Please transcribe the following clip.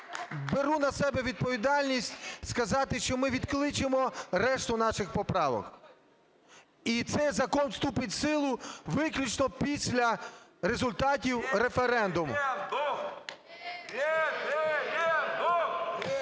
беру на себе відповідальність сказати, що ми відкличемо решту наших поправок. І цей закон вступить в силу виключно після результатів референдуму. (Шум у